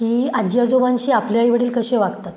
की आजी आजोबाशी आपल्या आईवडील कसे वागतात